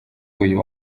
uyu